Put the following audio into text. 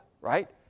right